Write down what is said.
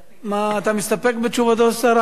אתה מסתפק בתשובתו של שר החינוך?